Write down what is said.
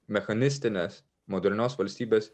mechanistinės modernios valstybės